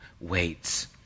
waits